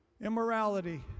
immorality